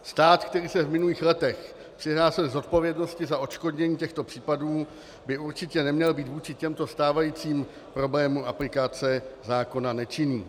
Stát, který se v minulých letech přihlásil k zodpovědnosti za odškodnění těchto případů, by určitě neměl být vůči těmto stávajícím problémům aplikace zákona nečinným.